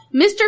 Mr